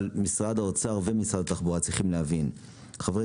אבל משרד האוצר ומשרד התחבורה צריכים להבין שחברי